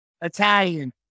Italian